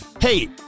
hey